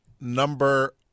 number